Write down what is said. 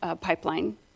Pipeline